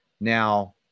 Now